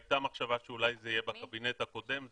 הייתה מחשבה שאולי זה יהיה בקבינט הקודם,